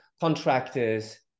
contractors